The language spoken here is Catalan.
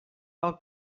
pel